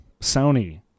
Sony